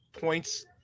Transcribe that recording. points